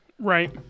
Right